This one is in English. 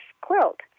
quilt